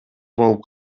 болуп